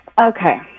okay